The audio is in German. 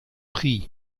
prix